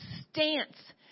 stance